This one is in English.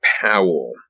Powell